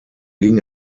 ging